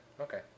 Okay